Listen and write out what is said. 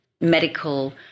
medical